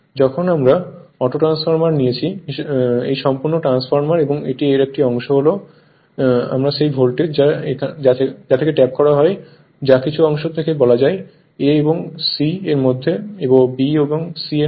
যখন আমরা অটোট্রান্সফরমার হিসেবে নিচ্ছি এই সম্পূর্ণ ট্রান্সফরমার এবং এর একটি অংশ হল আমরা সেই ভোল্টেজ যা থেকে ট্যাপ করা হয় যা কিছু অংশ থেকে বলা হয় A এবং C এর মধ্যে ও B এবং C এর মধ্যে